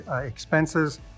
expenses